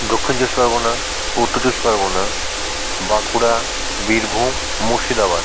Dakshin Chabbish Pargana Uttar Chabbish Pargana Bankura Birbhum Murshidabad